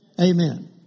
Amen